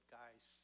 guys